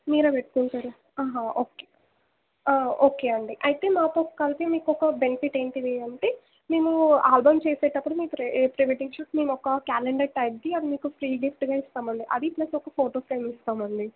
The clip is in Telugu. మీరు పెట్టుకుంటారా ఓకే ఓకే అండి అయితే మాతో కలిపి మీకు ఒక బెనిఫిట్ ఏంది అంటే మేము ఆల్బమ్ చేసేటప్పుడు మీకు రే ప్రీ వెడ్డింగ్ షూట్ మేము ఒక క్యాలెండర్ టైప్ది అది మీకు ఫ్రీ గిఫ్ట్గా ఇస్తామండి అది ప్లస్ ఒక ఫోటో ఫ్రేమ్ ఇస్తాం అండి